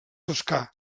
toscà